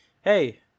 hey